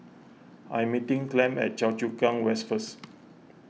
I'm meeting Clem at Choa Chu Kang West first